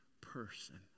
person